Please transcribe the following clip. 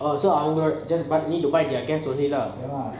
oh so I only just need buy their cash only lah